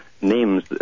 names